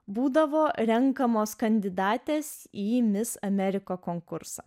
būdavo renkamos kandidatės į mis amerika konkursą